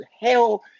hell